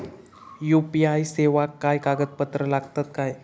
UPI सेवाक काय कागदपत्र लागतत काय?